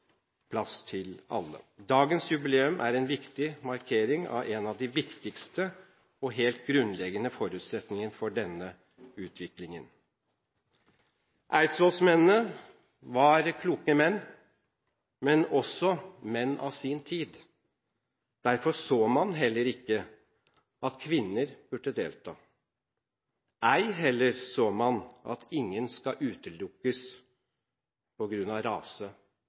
til alle. Dagens jubileum er en viktig markering av én av de viktigste og helt grunnleggende forutsetningene for denne utviklingen. Eidsvollsmennene var kloke menn, men de var også menn av sin tid. Derfor så man heller ikke at kvinner burde delta. Ei heller så man at ingen skal utelukkes på grunn av rase